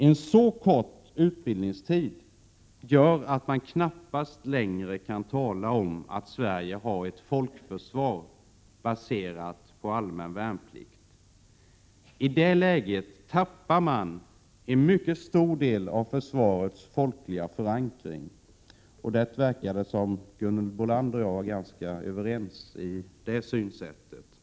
En sådan kort utbildningstid gör att man knappast längre kan tala om att Sverige har ett folkförsvar baserat på allmän värnplikt. I detta läge skulle man tappa en mycket stor del av försvarets folkliga förankring. Det verkar för övrigt som om Gunhild Bolander och jag är ganska överens om detta synsätt. Jag frågar Prot.